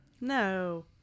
No